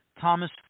Thomas